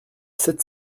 sept